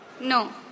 No